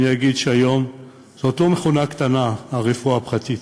אני אגיד שהיום זאת לא מכונה קטנה, הרפואה הפרטית,